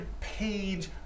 page